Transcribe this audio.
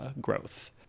growth